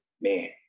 man